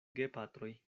gepatroj